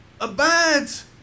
Abides